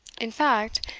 in fact,